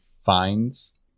finds